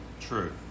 True